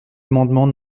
amendement